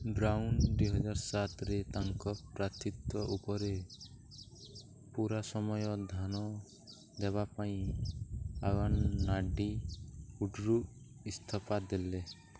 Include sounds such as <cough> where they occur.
brown ଦୁଇହଜାର ସାତରେ ତାଙ୍କ ପ୍ରାର୍ଥିତ୍ୱ ଉପରେ ପୂରା ସମୟ ଧ୍ୟାନ ଦେବା ପାଇଁ <unintelligible> ରୁ ଇସ୍ତଫା ଦେଲେ